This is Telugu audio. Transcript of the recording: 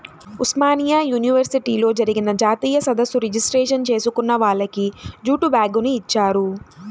ఉస్మానియా యూనివర్సిటీలో జరిగిన జాతీయ సదస్సు రిజిస్ట్రేషన్ చేసుకున్న వాళ్లకి జూటు బ్యాగుని ఇచ్చారు